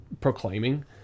proclaiming